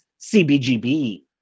CBGB